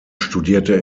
studierte